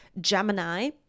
Gemini